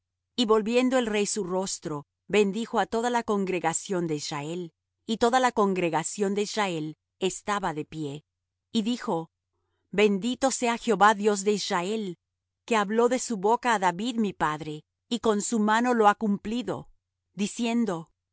y volviendo el rey su rostro bendijo á toda la congregación de israel y toda la congregación de israel estaba en pie y dijo bendito sea jehová dios de israel que habló de su boca á david mi padre y con su mano lo ha cumplido diciendo